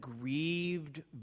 grieved